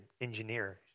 engineer